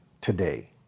today